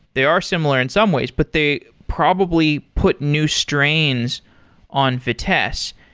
they are similar in some ways, but they probably put new strains on vitess.